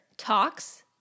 talks